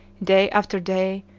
day after day,